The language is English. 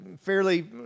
fairly